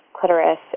clitoris